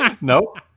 Nope